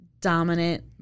dominant